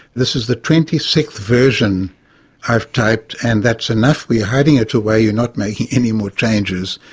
this is the twenty sixth version i've typed, and that's enough, we're hiding it away, you're not making any more changes',